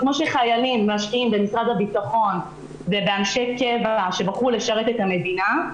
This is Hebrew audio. כמו שחיילים משקיעים במשרד הביטחון ובאנשי קבע שבחרו לשרת את המדינה,